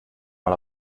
mal